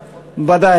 ודאי,